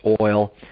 oil